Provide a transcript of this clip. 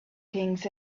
kings